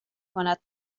کند